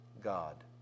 God